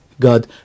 God